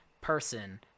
person